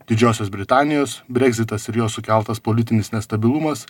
didžiosios britanijos breksitas ir jo sukeltas politinis nestabilumas